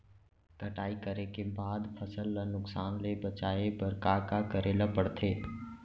कटाई करे के बाद फसल ल नुकसान ले बचाये बर का का करे ल पड़थे?